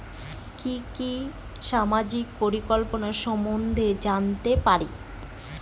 কি কি সামাজিক প্রকল্প সম্বন্ধে জানাতে পারি?